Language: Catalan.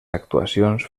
actuacions